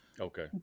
Okay